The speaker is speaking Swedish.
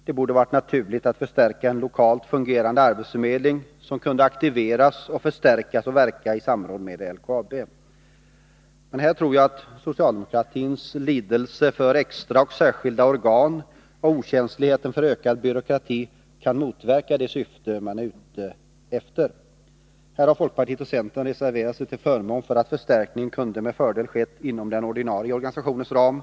Det borde ha varit naturligt att förstärka en lokalt fungerande arbetsförmedling som skulle kunna aktiveras och förstärkas och verka i samråd med LKAB. Men här tror jag att socialdemokraternas lidelse för extra och särskilda organ och okänsligheten för ökad byråkrati kan motverka det syfte man är ute efter. Här har folkpartiet och centern reserverat sig till förmån för att förstärkningen med fördel kunde ha skett inom den ordinarie organisationens ram.